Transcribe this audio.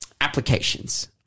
applications